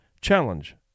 Challenge